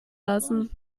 lassen